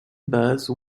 base